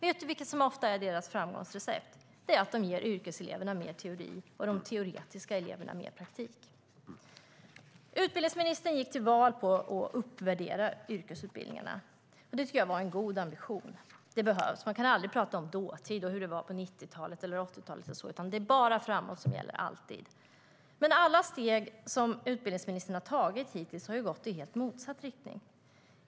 Vet du vad som ofta är deras framgångsrecept? Det är att de ger yrkeseleverna mer teori och de teoretiska eleverna mer praktik. Utbildningsministern gick till val på att uppvärdera yrkesutbildningarna. Det tycker jag var en god ambition. Det behövs. Man kan aldrig prata om dåtid och hur det var på 80 eller 90-talet, utan det är alltid bara framåt som gäller. Men alla steg som utbildningsministern har tagit hittills har ju gått i helt motsatt riktning.